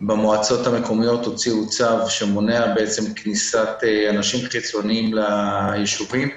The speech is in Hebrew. במועצות המקומיות הוציאו צו שמונע כניסת אנשים חיצוניים לישובים.